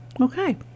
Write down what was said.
Okay